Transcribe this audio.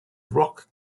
rock